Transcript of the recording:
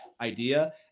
idea